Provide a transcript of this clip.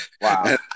Wow